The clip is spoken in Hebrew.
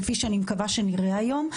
כפי שנראה היום.